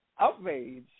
outrage